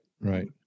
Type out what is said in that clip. right